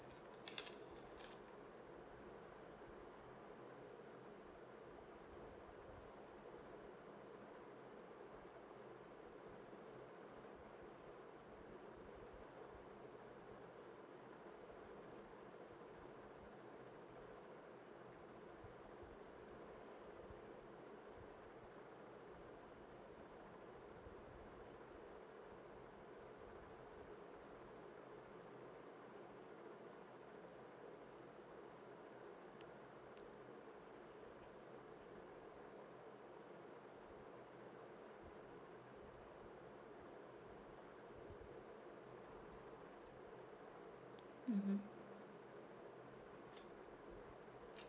mmhmm